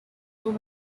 were